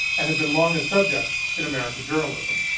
and had been long a subject in american journalism.